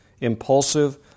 impulsive